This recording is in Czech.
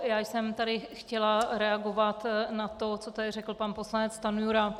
Já jsem tady chtěla reagovat na to, co tady řekl pan poslanec Stanjura.